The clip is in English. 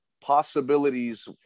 possibilities